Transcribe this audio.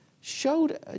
showed